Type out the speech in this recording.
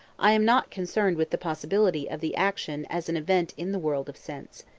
i am not concerned with the possibility of the action as an event in the world of sense.